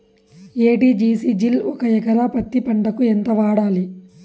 ఎ.టి.జి.సి జిల్ ఒక ఎకరా పత్తి పంటకు ఎంత వాడాలి?